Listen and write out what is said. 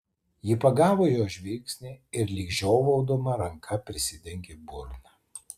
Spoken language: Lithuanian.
ji pagavo jo žvilgsnį ir lyg žiovaudama ranka prisidengė burną